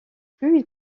plus